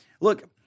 Look